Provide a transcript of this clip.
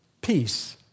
Peace